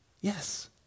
Yes